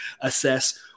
assess